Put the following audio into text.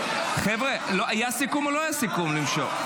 חבר'ה, היה סיכום או לא היה סיכום למשוך?